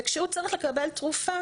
וכשהוא צריך לקבל תרופה,